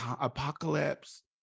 apocalypse